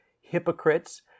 hypocrites